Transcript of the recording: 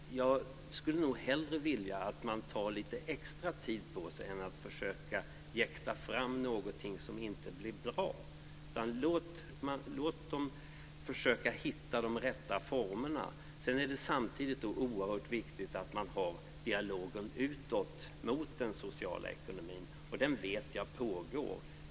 Jag skulle nog hellre se att man tog lite extra tid på sig i stället för att försöka jäkta fram något som inte blir bra. Låt dem alltså försöka hitta de rätta formerna! Samtidigt är det oerhört viktigt med dialogen utåt, mot den sociala ekonomin - jag vet att en sådan pågår.